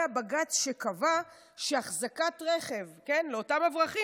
הבג"ץ שקבע שאחזקת רכב" לאותם אברכים,